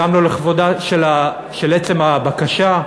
גם לא לכבוד עצם הבקשה,